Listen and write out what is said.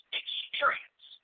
experience